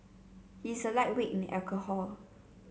he is a lightweight in alcohol